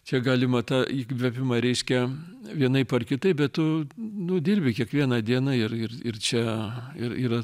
čia galima tą įkvėpimą reiškia vienaip ar kitaip bet tu nu dirbi kiekvieną dieną ir ir ir čia ir yra